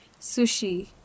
sushi